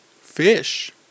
Fish